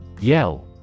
Yell